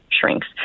shrinks